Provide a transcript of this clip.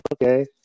Okay